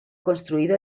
construido